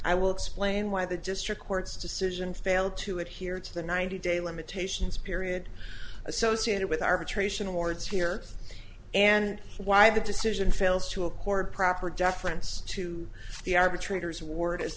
i will explain why the district court's decision failed to it here to the ninety day limitations period associated with arbitration awards here and why the decision fails to accord proper deference to the arbitrator's word